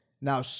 Now